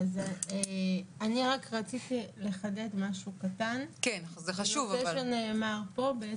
אני רק רציתי לחדד משהו קטן בנושא שנאמר פה.